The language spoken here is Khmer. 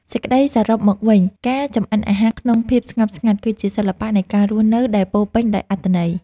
សេចក្តីសរុបមកវិញការចម្អិនអាហារក្នុងភាពស្ងប់ស្ងាត់គឺជាសិល្បៈនៃការរស់នៅដែលពោរពេញដោយអត្ថន័យ។